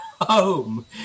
home